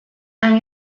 han